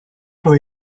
for